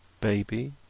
Baby